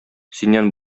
синнән